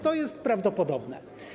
To jest prawdopodobne.